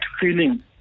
feeling